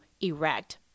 erect